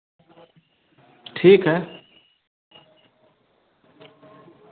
ठीक है